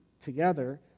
together